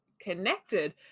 connected